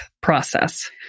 process